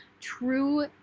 true